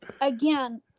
Again